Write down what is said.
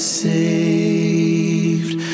saved